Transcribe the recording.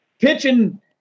pitching